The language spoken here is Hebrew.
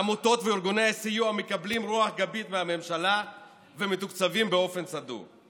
העמותות וארגוני הסיוע מקבלים רוח גבית מהממשלה ומתוקצבים באופן סדור.